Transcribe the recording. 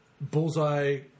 Bullseye